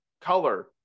color